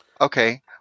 Okay